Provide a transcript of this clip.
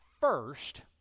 first